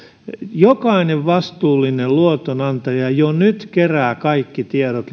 jokainen vastuullinen luotonantaja jo nyt kerää luotonsaajasta kaikki tiedot